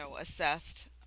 assessed